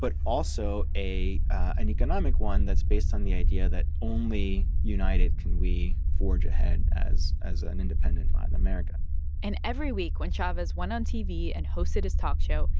but also an economic one that's based on the idea that only united can we forge ahead as as ah an independent latin america and every week when chavez went on tv and hosted his talk show,